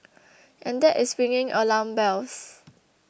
and that is ringing alarm bells